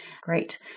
great